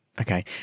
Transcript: Okay